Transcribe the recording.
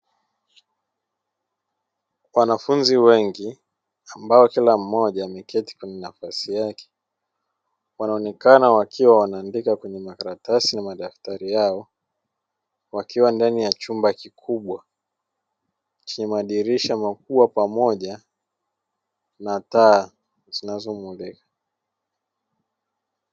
Wanafunzi wengi ambao kila mmoja ameketi kwenye nafasi yake wanaonekana wakiwa wanaandika kwenye makaratasi na madaftari yao, wakiwa ndani ya chumba kikubwa chenye madirisha makubwa pamoja na taa inayomulika.